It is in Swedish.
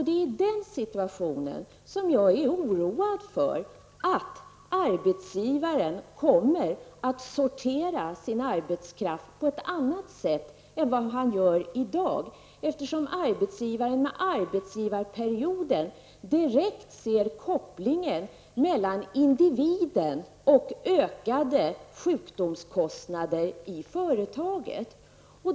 Det är i den situationen som jag är oroad för att arbetsgivaren kommer att sortera sin arbetskraft på ett annat sätt än vad han gör i dag, eftersom arbetsgivaren med arbetsgivarperioden direkt ser kopplingen mellan individen och ökade sjukdomskostnader i företaget.